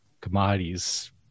commodities